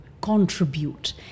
contribute